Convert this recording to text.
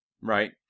Right